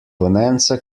bonanza